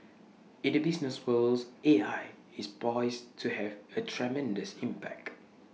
in the business worlds A I is poised to have A tremendous impact